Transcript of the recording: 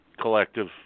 collective